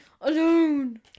alone